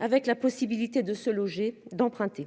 avec la possibilité de se loger d'emprunter.